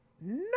No